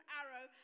arrow